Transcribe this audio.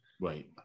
Right